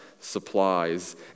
supplies